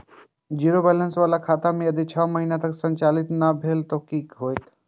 Zero balance बाला खाता में यदि छः महीना तक संचालित नहीं भेल ते कि होयत?